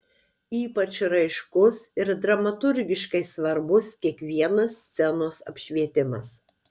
ypač raiškus ir dramaturgiškai svarbus kiekvienas scenos apšvietimas